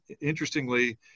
interestingly